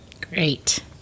Great